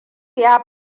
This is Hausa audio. ya